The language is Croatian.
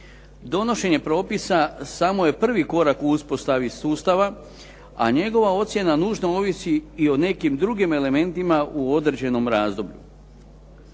donošenje propisa samo je prvi korak u uspostavi sustava, a njegova ocjena nužno ovisi i o nekim drugim elementima u određenom razdoblju.